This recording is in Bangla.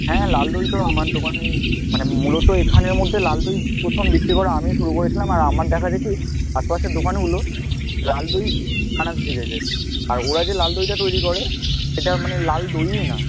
হ্যাঁ লাল দই তো আমার দোকানেই মানে মূলত এখানের মধ্যে লাল দই প্রথম বিক্রি করা আমিই শুরু করেছিলাম আর আমার দেখাদেখি আশপাশের দোকানগুলো লাল দই বানাতে শিখেছে আর ওরা যে লাল দইটা তৈরি করে সেটা মানে লাল দইই না